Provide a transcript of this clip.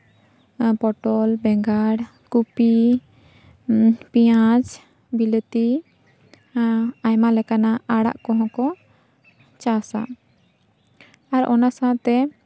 ᱯᱚᱴᱚᱞ ᱵᱮᱸᱜᱟᱲ ᱠᱚᱯᱤ ᱯᱮᱸᱭᱟᱡᱽ ᱵᱤᱞᱟᱹᱛᱤ ᱟᱭᱢᱟ ᱞᱮᱠᱟᱱᱟᱜ ᱟᱲᱟᱜ ᱠᱚᱦᱚᱸᱠᱚ ᱪᱟᱥᱟ ᱟᱨ ᱚᱱᱟ ᱥᱟᱶᱛᱮ